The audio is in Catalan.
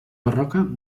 barroca